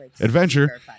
adventure